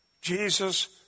Jesus